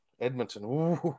Edmonton